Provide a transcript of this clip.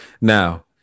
Now